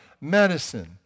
medicine